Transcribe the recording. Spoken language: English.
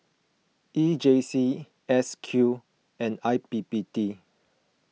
E J C S Q and I P P T